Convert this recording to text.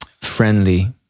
friendly